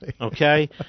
Okay